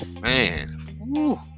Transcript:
man